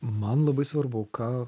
man labai svarbu ką